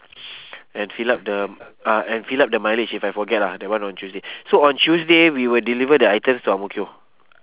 and fill up the uh and fill up the mileage if I forget lah that one on tuesday so on tuesday we will deliver the items to ang mo kio